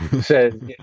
says